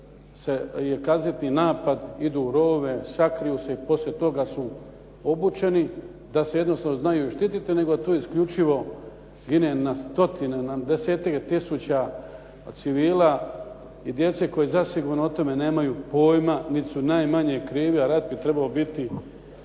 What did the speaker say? kad je kazetni napad idu u rovove, sakriju se i poslije toga su obučeni da se jednostavno znaju i štititi, nego tu isključivo gine na stotine, na desetke tisuća civila i djece koje zasigurno o tome nemaju pojma nit su najmanje krivi, a rat bi trebao biti